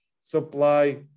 supply